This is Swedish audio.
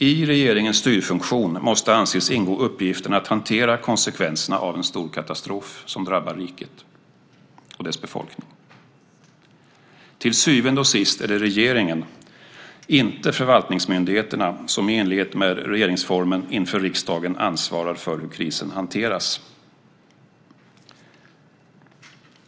I regeringens styrfunktion måste anses ingå uppgiften att hantera konsekvenserna av en stor katastrof som drabbar riket och dess befolkning - Till syvende och sist är det regeringen - inte förvaltningsmyndigheterna - som i enlighet med RF inför riksdagen ansvarar för hur krisen hanteras."